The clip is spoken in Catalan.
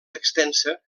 extensa